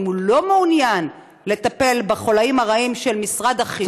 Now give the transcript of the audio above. אם הוא לא מעוניין לטפל בחוליים הרעים של משרד החינוך,